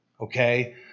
okay